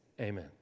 Amen